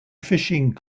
fishing